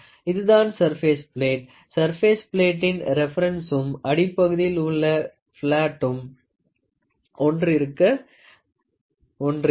இதுதான் surface plate surface பிளேட்டின் ரெபெரன்சும் அடிப்பகுதியில் உள்ள பிளாட்டும் ஒன்றிருக்கும்